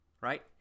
right